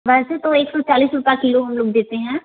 वैसे तो एक सो चालीस रुपया किलो हम लोग देते हैं